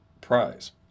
prize